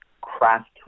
craft